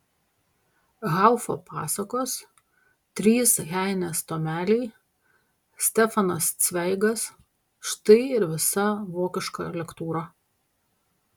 haufo pasakos trys heinės tomeliai stefanas cveigas štai ir visa vokiška lektūra